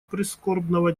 прискорбного